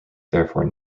therefore